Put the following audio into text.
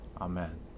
Amen